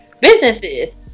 businesses